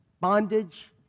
bondage